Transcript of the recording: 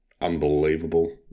unbelievable